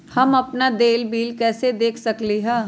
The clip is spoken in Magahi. हम अपन देल बिल कैसे देख सकली ह?